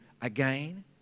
again